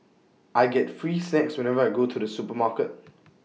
I get free snacks whenever I go to the supermarket